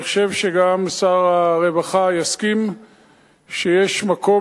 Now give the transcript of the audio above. אבל אני חושב שגם שר הרווחה יסכים שיש מקום